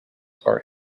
are